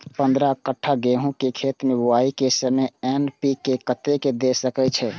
पंद्रह कट्ठा गेहूं के खेत मे बुआई के समय एन.पी.के कतेक दे के छे?